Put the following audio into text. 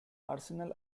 arsenal